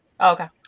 Okay